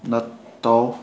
ꯅꯇꯥꯎ